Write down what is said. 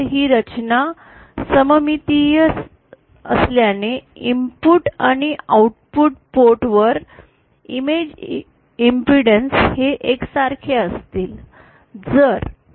ही रचना सममितीय असल्याने इनपुट आणि आउटपुट पोर्ट वर इमेज इम्पीडैन्स हे एकसारखेच असतील